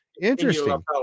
Interesting